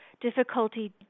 difficulty